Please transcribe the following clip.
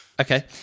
Okay